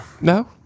No